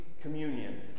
communion